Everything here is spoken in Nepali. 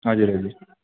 हजुर हजुर